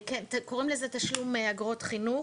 כן, קוראים לזה תשלומי אגרות חינוך.